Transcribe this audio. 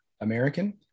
American